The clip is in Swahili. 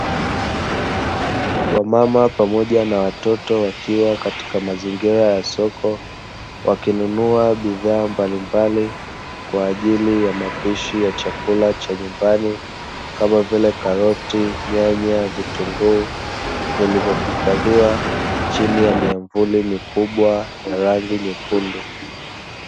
Wamama pamoja na watoto wakiwa katika mazingira ya soko, wakinunua bidhaa mbalimbali, kwa ajili ya mapishi ya chakula cha nyumbani kama vile karoti, nyanya, vitunguu, vilivyohifadhiwa chini ya miamvuli mikubwa ya rangi nyekundu.